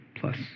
plus